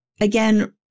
Again